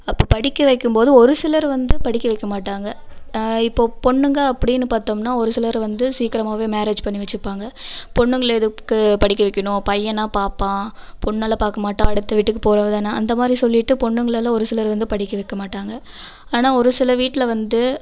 அப்போ படிக்க வைக்கும்போது ஒரு சிலர் வந்து படிக்க வைக்கமாட்டாங்க இப்போது பொண்ணுங்க அப்படின்னு பார்த்தம்னா ஒரு சிலர் வந்து சீக்கிரமாவே மேரேஜ் பண்ணி வச்சுப்பாங்க பொண்ணுங்களை எதுக்கு படிக்க வைக்கணும் பையனால் பார்ப்பான் பெண்ணெல்லாம் பார்க்கமாட்டா அடுத்த வீட்டுக்கு போகிறவதான அந்தமாதிரி சொல்லிவிட்டு பெண்ணுங்களெலாம் ஒரு சிலர் வந்து படிக்க வைக்கமாட்டாங்க ஆனால் ஒரு சில வீட்டில் வந்து